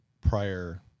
prior